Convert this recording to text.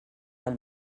del